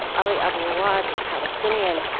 ali abu awwad is palestinian.